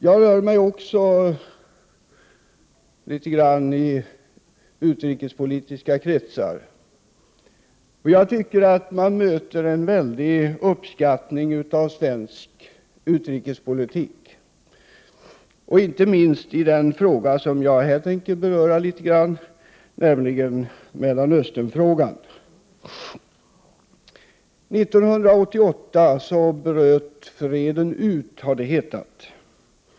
Jag rör mig också litet grand i utrikespolitiska kretsar. Jag tycker att man möter en stor uppskattning av svensk utrikespolitik, inte minst i den fråga jag här tänker beröra något, nämligen Mellanösternfrågan. 1988 bröt freden ut, har det hetat.